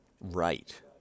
right